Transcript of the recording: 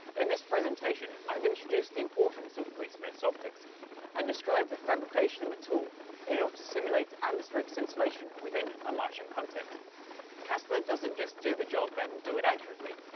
in this presentation i've introduced the importance of free space optics and describe the fabrication of a tool in you know order to simulate atmospheric scintillation. within a martian context cassper doesn't just do the job. and do it accurately,